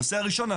הנושא הראשון,